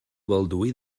balduí